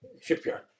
shipyard